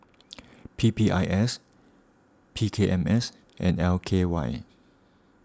P P I S P K M S and L K Y